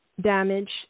damage